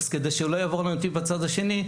אז כדי שלא יעבור לנתיב בצד השני,